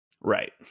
Right